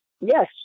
Yes